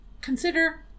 consider